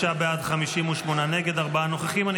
46 בעד, 58 נגד, ארבעה נוכחים.